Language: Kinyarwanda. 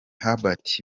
hubert